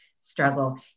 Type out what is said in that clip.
struggle